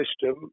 system